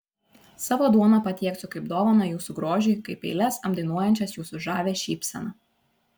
savo duoną patieksiu kaip dovaną jūsų grožiui kaip eiles apdainuojančias jūsų žavią šypseną